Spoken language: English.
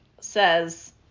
says